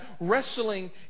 wrestling